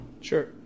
Sure